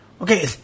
Okay